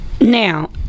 Now